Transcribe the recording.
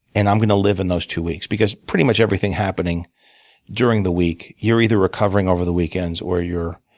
and i'm gonna live in those two weeks. because pretty much everything happening during the week, you're either recovering over the weekends, or you're